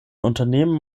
unternehmen